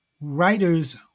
writer's